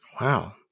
Wow